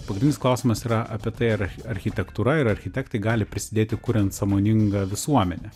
pagrindinis klausimas yra apie tai ar architektūra ir architektai gali prisidėti kuriant sąmoningą visuomenę